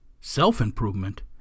self-improvement